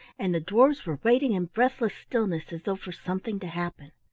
and the dwarfs were waiting in breathless stillness as though for something to happen.